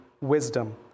wisdom